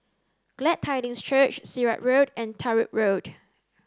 Glad Tidings Church Sirat Road and Larut Road